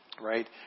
Right